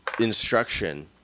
instruction